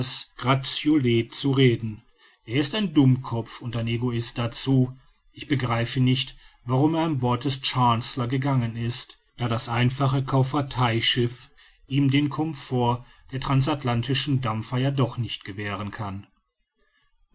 zu reden er ist ein dummkopf und ein egoist dazu ich begreife nicht warum er an bord des chancellor gegangen ist da das einfache kauffahrtei schiff ihm den comfort der transatlantischen dampfer ja doch nicht gewähren kann